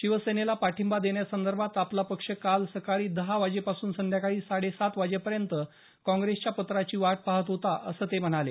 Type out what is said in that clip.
शिवसेनेला पाठिंबा देण्यासंदर्भात आपला पक्ष काल सकाळी दहा वाजेपासून संध्याकाळी साडे सात वाजेपर्यंत काँग्रेसच्या पत्राची वाट पहात होता असं ते म्हणाले